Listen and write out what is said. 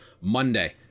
Monday